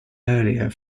earlier